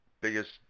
biggest